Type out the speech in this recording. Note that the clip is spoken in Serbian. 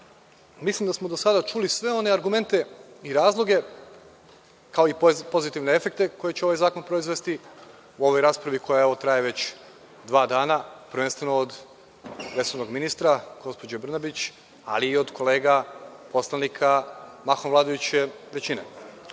mislim da smo do sada čuli sve one argumente i razloge, kao i pozitivne efekte koji će ovaj zakon proizvesti u ovoj raspravi koja, evo, traje već dva dana, prvenstveno od resornog ministra, gospođo Brnabić, ali i od kolega poslanika mahom vladajuće